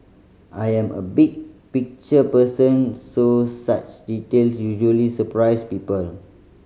I am a big picture person so such detail usually surprise people